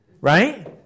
right